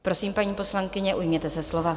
Prosím, paní poslankyně, ujměte se slova.